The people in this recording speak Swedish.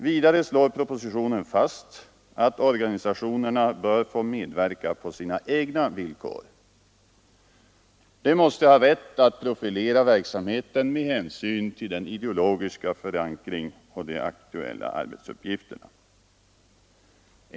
Vidare slår propositionen fast att organisationerna bör få medverka på sina egna villkor. De måste ha rätt att profilera verksamheten med hänsyn till den ideologiska förankringen och de aktuella arbetsuppgifterna.